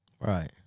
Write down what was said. right